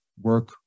work